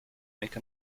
make